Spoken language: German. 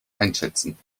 einschätzen